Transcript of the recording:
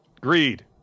Greed